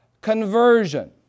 conversion